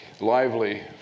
lively